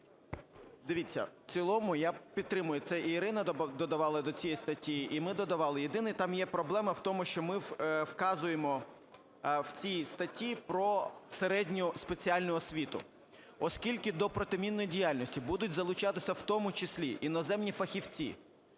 Дивіться, в цілому я підтримаю. Це і Ірина додавала до цієї статті, і ми додавали. Єдине, там є проблема в тому, що ми вказуємо в цій статті про середню спеціальну освіту. Оскільки до протимінної діяльності будуть залучатися в тому числі іноземні фахівці,